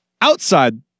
Outside